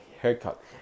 haircut